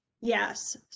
Yes